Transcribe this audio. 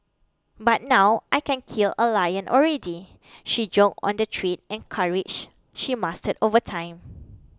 but now I can kill a lion already she joked on the trade and courage she mastered over time